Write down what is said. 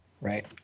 Right